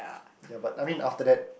ya but I mean after that